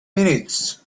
minutes